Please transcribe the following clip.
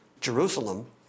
Jerusalem